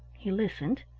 he listened,